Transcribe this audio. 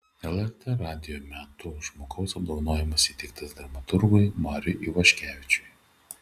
lrt radijo metų žmogaus apdovanojimas įteiktas dramaturgui mariui ivaškevičiui